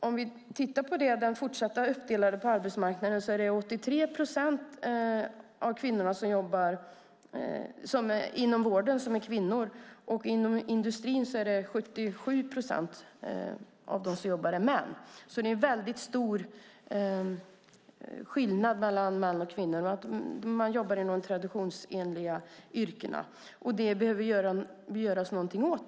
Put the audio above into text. Om vi tittar på uppdelningen på arbetsmarknaden ser vi att inom vården är 83 procent kvinnor. Inom industrin är 77 procent män. Det är stor skillnad mellan män och kvinnor. Man jobbar inom de traditionella yrkena. Det behöver man göra något åt.